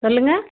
சொல்லுங்க